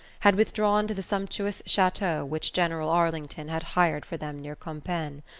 had withdrawn to the sumptuous chateau which general arlington had hired for them near compiegne,